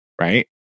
Right